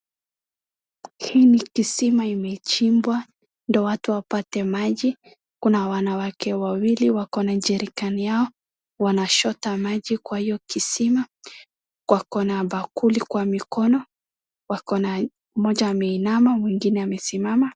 Hii ni kisima imechimbwa ndo watu wapate maji. Kuna wanawake wawili wako na jerican yao wanachota maji kwa hiyo kisima. Wako na bakuli kwa mikono, wako na, mmoja ameinama mwingine amesimama.